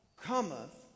cometh